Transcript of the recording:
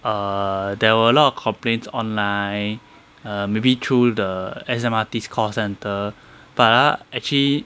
err there were a lot of complaints online err maybe through the S_M_R_T's call centre but ah actually